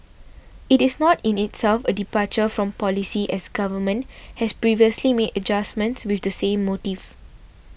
it is not in itself a departure from policy as government has previously made adjustments with the same motive